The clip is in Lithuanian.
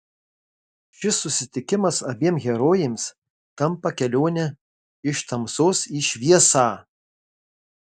šis susitikimas abiem herojėms tampa kelione iš tamsos į šviesą